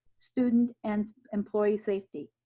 student and employee safety.